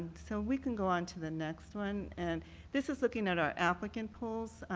so we can go onto the next one. and this is looking at our applicant pools.